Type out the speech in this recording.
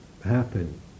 happen